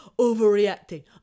overreacting